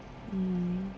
mm